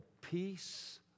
peace